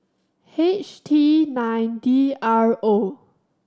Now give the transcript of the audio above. H T nine D R O